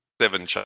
Seven